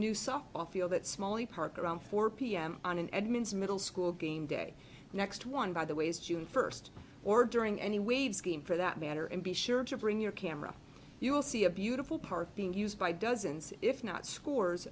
new softball field that smally park around four pm on an edmonds middle school game day next one by the way is june first or during any wave skiing for that matter and be sure to bring your camera you will see a beautiful park being used by dozens if not scores